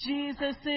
Jesus